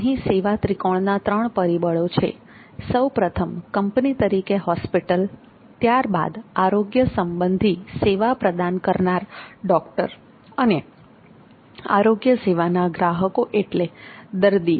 અહીં સેવા ત્રિકોણના ત્રણ પરિબળો છે સૌ પ્રથમ કંપની તરીકે હોસ્પિટલ ત્યારબાદ આરોગ્ય સંબંધી સેવા પ્રદાન કરનાર ડોક્ટર અને આરોગ્ય સેવાના ગ્રાહકો એટલે દર્દીઓ